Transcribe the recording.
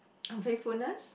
unfaithfulness